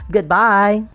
Goodbye